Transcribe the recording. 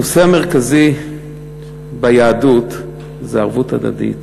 הנושא המרכזי ביהדות זה ערבות הדדית,